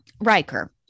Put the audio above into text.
Riker